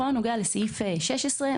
בכל הנוגע לסעיף 16,